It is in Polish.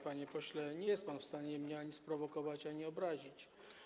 Panie pośle, nie jest pan w stanie mnie ani sprowokować, ani obrazić.